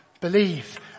Believe